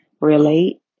relate